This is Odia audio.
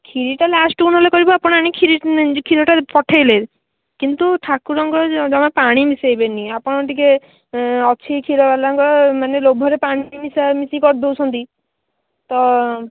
ଖିରୀଟା ଲାଷ୍ଟକୁ ନହେଲେ କରିବୁ ଆପଣ ଆଣିକି ଖିରୀ ଖିରୀଟା ପଠେଇଲେ କିନ୍ତୁ ଠାକୁରଙ୍କର ଜମା ପାଣି ମିଶେଇବେନି ଆପଣ ଟିକିଏ ଅଛି ଖିରୀ ବାଲାଙ୍କର ମାନେ ଲୋଭରେ ପାଣି ମିଶାମିଶି କରିଦେଉଛନ୍ତି ତ